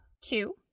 Two